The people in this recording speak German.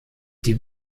die